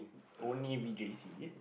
only v_j_c